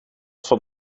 van